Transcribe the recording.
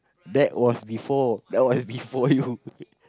that was before that was before you